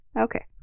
Okay